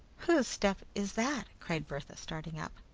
whose step is that? cried bertha, starting up.